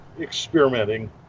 experimenting